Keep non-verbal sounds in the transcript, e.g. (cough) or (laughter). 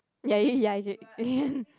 ya ya ya (laughs)